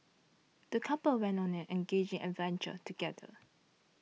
the couple went on an enriching adventure together